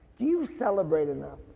do you celebrate enough?